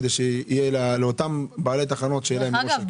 כדי שיהיה לאותם בעלי תחנות --- דרך אגב,